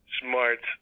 smart